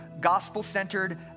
gospel-centered